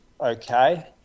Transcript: okay